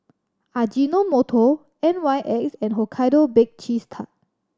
Ajinomoto N Y X and Hokkaido Bake Cheese Tart